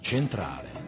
Centrale